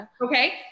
Okay